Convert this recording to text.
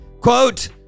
Quote